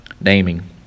naming